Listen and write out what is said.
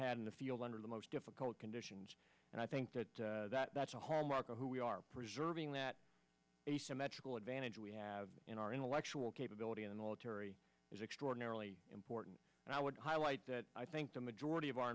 had in the field under the most difficult conditions and i think that that's a hallmark of who we are preserving that asymmetrical advantage we have in our intellectual capability and all terry is extraordinarily important and i would highlight that i think the majority of our